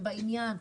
שהן בעניין,